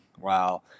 Wow